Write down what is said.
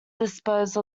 dispose